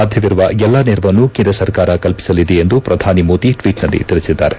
ಸಾಧ್ಯವಿರುವ ಎಲ್ಲಾ ನೆರವನ್ನು ಕೇಂದ್ರ ಸರ್ಕಾರ ಕಲ್ಪಿಸಲಿದೆ ಎಂದು ಪ್ರಧಾನಿ ಮೋದಿ ಟ್ವೀಟ್ನಲ್ಲಿ ತಿಳಿಸಿದ್ದಾರೆ